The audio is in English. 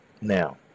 now